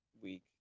week